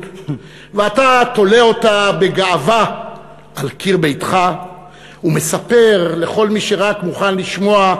ואתה תולה אותה בגאווה על קיר ביתך ומספר לכל מי שרק מוכן לשמוע,